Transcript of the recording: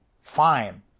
Fine